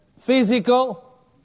physical